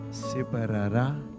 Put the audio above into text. separará